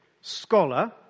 scholar